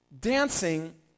dancing